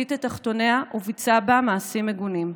הסיט את תחתוניה וביצע בה מעשים מגונים.